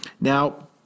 Now